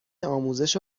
آموزش